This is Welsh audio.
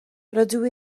rydw